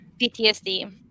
PTSD